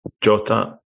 Jota